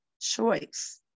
choice